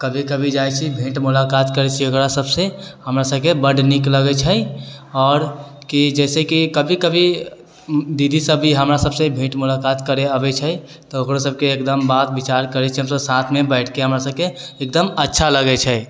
कभी कभी जाइ छियै भेँट मुलाकात करै छियै ओकरा सबसँ हमरा सबके बड्ड नीक लगै छै आओर की जैसे कि कभी कभी दीदी सब भी हमरा सबसँ भेँट मुलाकात करै अबै छै तऽ ओकरो सबके एकदम बात विचार करै छियै हमसब साथमे बैठिके हमरा सबके एकदम अच्छा लगै छै